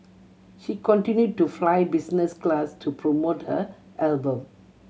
she continued to fly business class to promote her album